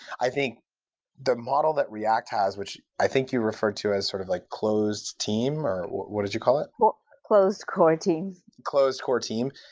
i think the model that react has, which i think you referred to as sort of like closed team, or what did you call it? closed core team closed core team.